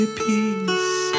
peace